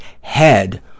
head